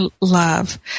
love